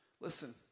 Listen